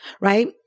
right